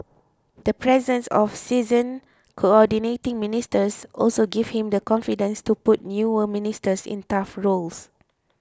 the presence of seasoned Coordinating Ministers also gives him the confidence to put newer ministers in tough roles